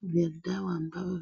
Kuna dawa ambayo